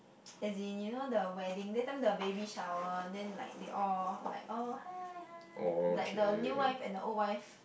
as in you know the wedding that time the baby shower then like they all like oh hi hi like the new wife and old wife